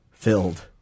filled